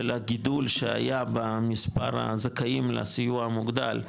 הגידול שהיה במספר הזכאים לסיוע המוגדל,